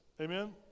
Amen